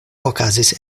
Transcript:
okazis